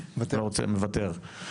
מוותר.